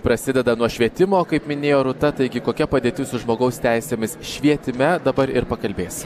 prasideda nuo švietimo kaip minėjo rūta taigi kokia padėtis su žmogaus teisėmis švietime dabar ir pakalbės